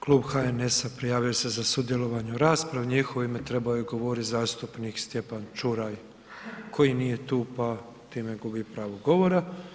Klub HNS-a prijavio se za sudjelovanje u raspravi, u njihovo ime trebao je govorit zastupnik Stjepan Čuraj koji nije tu pa time gubi pravo govora.